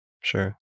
Sure